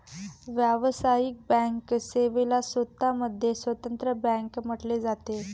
व्यावसायिक बँक सेवेला स्वतः मध्ये स्वतंत्र बँक म्हटले जाते